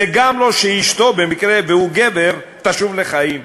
זה גם לא שאשתו, במקרה שהוא גבר, תשוב לחיים.